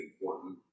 important